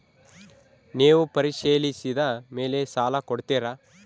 ನೇವು ಪರಿಶೇಲಿಸಿದ ಮೇಲೆ ಸಾಲ ಕೊಡ್ತೇರಾ?